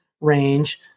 range